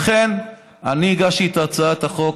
לכן הגשתי את הצעת החוק.